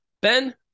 Ben